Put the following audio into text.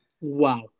Wow